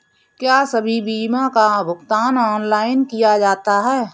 क्या सभी बीमा का भुगतान ऑनलाइन किया जा सकता है?